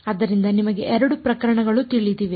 ಆದ್ದರಿಂದ ನಿಮಗೆ 2 ಪ್ರಕರಣಗಳು ತಿಳಿದಿವೆ